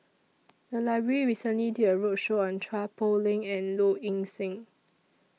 The Library recently did A roadshow on Chua Poh Leng and Low Ing Sing